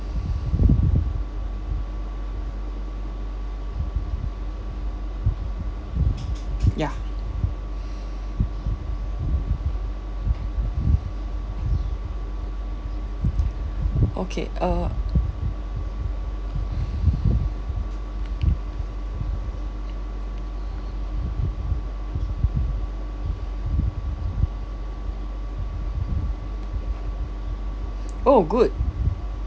ya okay uh oh good